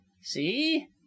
see